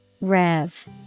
Rev